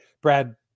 Brad